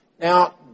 Now